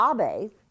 Abe